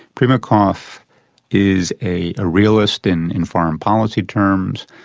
primakov is a realist in in foreign policy terms,